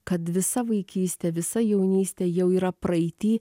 kad visa vaikystė visa jaunystė jau yra praeity